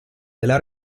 della